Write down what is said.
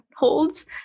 Holds